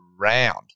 round